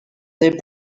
they